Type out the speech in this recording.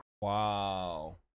wow